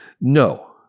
No